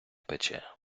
пече